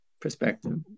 perspective